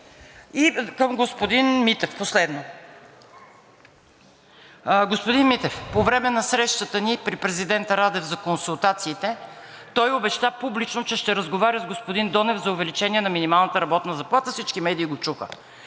към господин Митев. Господин Митев, по време на срещата ни при президента Радев за консултациите той обеща публично, че ще разговаря с господин Донев за увеличение на минималната работна заплата и всички медии го чуха.